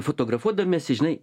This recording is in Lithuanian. fotografuodamiesi žinai